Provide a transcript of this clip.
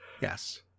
yes